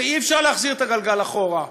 ואי-אפשר להחזיר את הגלגל אחורה.